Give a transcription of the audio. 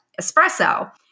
espresso